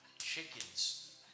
Chickens